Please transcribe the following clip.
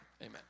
amen